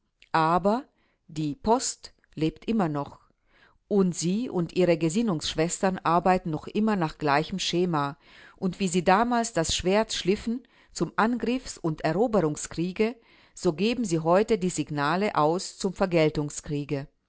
aber die post lebt immer noch und sie und ihre gesinnungsschwestern arbeiten noch immer nach gleichem schema und wie sie damals das schwert schliffen zum angriffs und eroberungskriege so geben sie heute die signale aus zum